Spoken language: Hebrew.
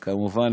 כמובן,